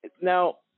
Now